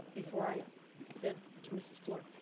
before i vent to mrs. fluor,